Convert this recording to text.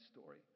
story